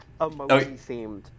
emoji-themed